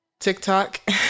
TikTok